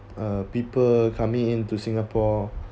uh people coming in to singapore